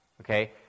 Okay